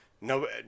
No